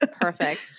Perfect